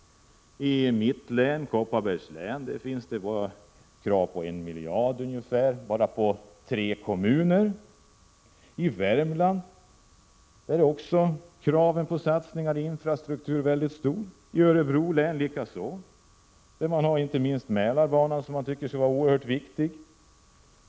I mitt län, Kopparbergs, finns det krav på ungefär en miljard bara i tre kommuner. I Värmland är kraven på satsningar i infrastruktur också väldigt stora, likaså i Örebro län. Inte minst Mälardalsbanan anser man vara oerhört viktig.